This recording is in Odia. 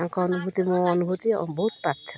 ତାଙ୍କ ଅନୁଭୂତି ମୋ ଅନୁଭୂତି ବହୁତ ପାର୍ଥକ୍ୟ